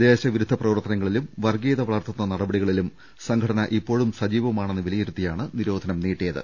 ദേശവിരുദ്ധ പ്രവർത്തനങ്ങളിലും വർഗീയത വളർത്തുന്ന നടപടിക ളിലും സംഘടന ഇപ്പോഴും സജീവമാണെന്ന് വിലയിരുത്തിയാണ് നിരോ ധനം നീട്ടിയത്